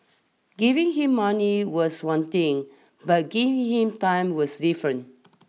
giving him money was one thing but giving him time was different